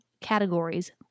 categories